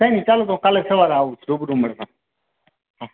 કઈ નહી ચાલો તો કાલે સવારે આવું છું રૂબરૂ મળવા